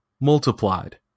multiplied